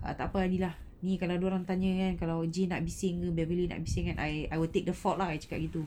err tak apa adilah ni kalau dia orang tanya kan kalau jane nak bising ke bising then I I will take the fault lah I cakap begitu